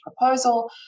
proposal